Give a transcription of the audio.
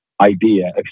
idea